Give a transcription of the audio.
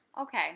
Okay